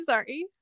Sorry